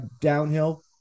downhill